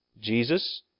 Jesus